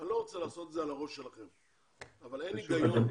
אני לא רוצה לעשות את זה על הראש שלכם אבל אין היגיון בעניין הזה.